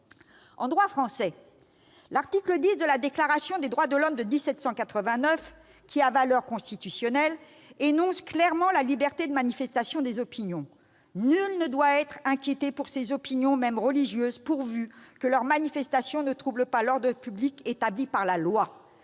En droit français, l'article X de la Déclaration des droits de l'homme et du citoyen, qui a valeur constitutionnelle, énonce clairement la liberté de manifestation des opinions :« Nul ne doit être inquiété pour ses opinions, même religieuses, pourvu que leur manifestation ne trouble pas l'ordre public établi par la Loi